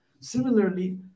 Similarly